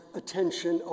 attention